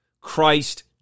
Christ